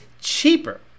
cheaper